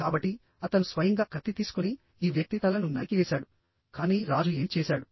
కాబట్టి అతను స్వయంగా కత్తి తీసుకొని ఈ వ్యక్తి తలను నరికివేసాడు కానీ రాజు ఏమి చేశాడు